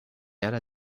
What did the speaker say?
ara